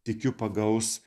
tikiu pagaus